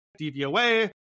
DVOA